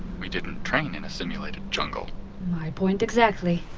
we didn't train in a simulated jungle my point exactly